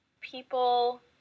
people